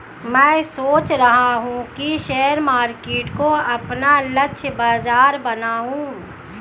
मैं सोच रहा हूँ कि शेयर मार्केट को अपना लक्ष्य बाजार बनाऊँ